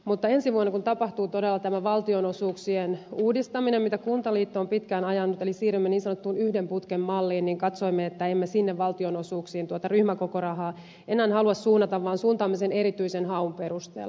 mutta ensi vuonna kun tapahtuu todella tämä valtionosuuksien uudistaminen jota kuntaliitto on pitkään ajanut eli siirrymme niin sanottuun yhden putken malliin niin katsoimme että emme sinne valtionosuuksiin tuota ryhmäkokorahaa enää halua suunnata vaan suuntaamme sen erityisen haun perusteella